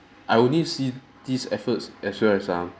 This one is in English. I only see these efforts as well as um